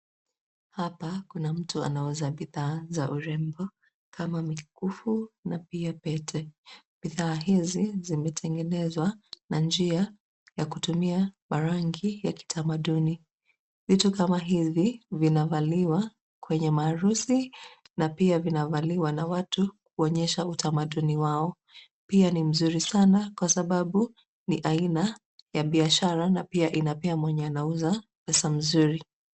Hapa ,kuna mtu anauza bidhaa za urembo kama mikufu na pia pete bidhaa hizi zimetengenezwa na njia ya kutumia marangi ya kitamaduni vitu kama hivi vinavaliwa kwenye maharusi na pia vinavaliwa na watu kuonyesha utamaduni wao pia ni nzuri Sana kwasababu ni aina ya biashara na pia inapea mwenye anauza pesa mazuri.